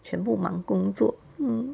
全部忙工作 mm